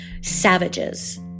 savages